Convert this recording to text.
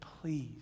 please